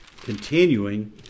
continuing